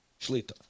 Shlita